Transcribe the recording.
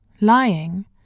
Lying